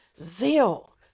zeal